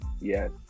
Yes